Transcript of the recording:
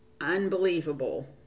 unbelievable